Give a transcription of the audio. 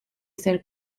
ser